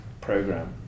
program